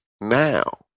now